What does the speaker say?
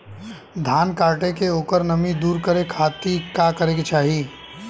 धान कांटेके ओकर नमी दूर करे खाती का करे के चाही?